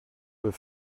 veux